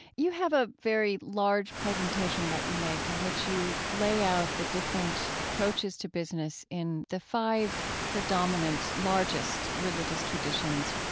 you have a very large presentation that you make in which you lay out the different approaches to business in the five predominant, largest religious traditions,